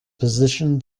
position